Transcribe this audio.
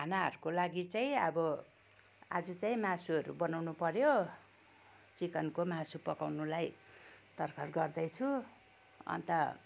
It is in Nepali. खानाहरूको लागि चाहिँ अब आज चाहिँ मासुहरू बनाउनु पऱ्यो चिकनको मासु पकाउनलाई तर्खर गर्दैछु अन्त